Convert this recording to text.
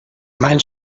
mein